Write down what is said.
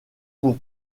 pour